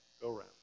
go-round